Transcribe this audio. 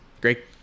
Great